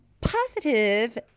positive